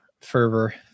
fervor